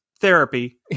therapy